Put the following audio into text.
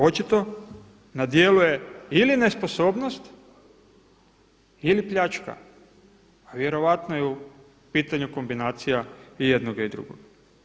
Očito na djelu je ili nesposobnost ili pljačka, a vjerojatno je u pitanju kombinacija i jednoga i drugoga.